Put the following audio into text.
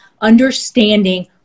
understanding